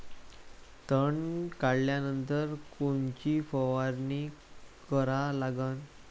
तन काढल्यानंतर कोनची फवारणी करा लागन?